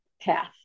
path